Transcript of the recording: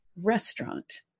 restaurant